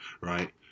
Right